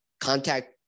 contact